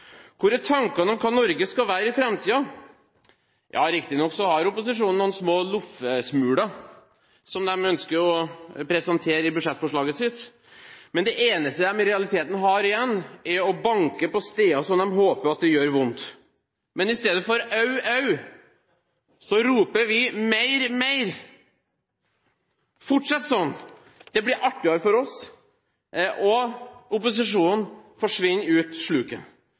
Hvor er engasjementet? Hvor er tankene om hva Norge skal være i framtiden? Ja, riktignok har opposisjonen noen små loffesmuler som de ønsker å presentere i budsjettforslaget sitt, men det eneste de i realiteten har igjen, er å banke på steder hvor de håper det gjør vondt. Men i stedet for «au! au!», så roper vi «mer! mer!». Fortsett sånn! Det blir artigere for oss, og opposisjonen forsvinner ut